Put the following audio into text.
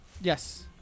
Yes